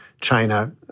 China